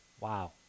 Wow